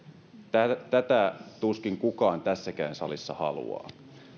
tätä tätä tuskin kukaan tässäkään salissa haluaa